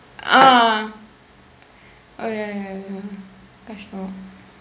ah ok ok that's good